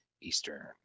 Eastern